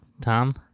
Tom